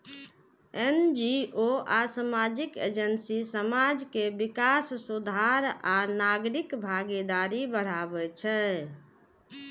NGO आ सामाजिक agency समाज के विकास, सुधार आ नागरिक भागीदारी बढ़ाबै छै